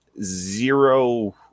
zero